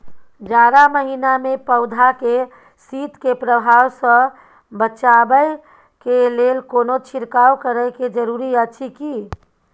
जारा महिना मे पौधा के शीत के प्रभाव सॅ बचाबय के लेल कोनो छिरकाव करय के जरूरी अछि की?